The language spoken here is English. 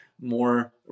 more